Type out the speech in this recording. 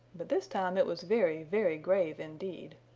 but this time it was very, very grave indeed.